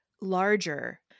larger